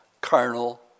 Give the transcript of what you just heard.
carnal